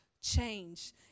change